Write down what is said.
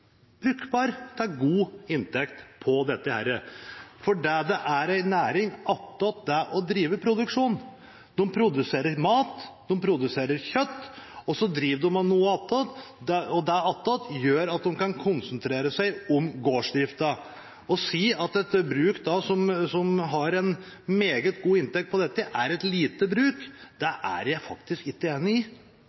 brukbar til en god inntekt av dette fordi det er en næring attåt det å drive produksjon. De produserer mat og kjøtt, og så driver de med noe attåt, og dette attåt gjør at de kan konsentrere seg om gårdsdriften. Å si at et bruk som har en meget god inntekt av dette, er et lite bruk, er jeg faktisk ikke enig i.